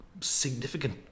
significant